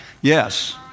Yes